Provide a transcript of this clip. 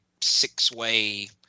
six-way